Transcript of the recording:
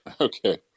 Okay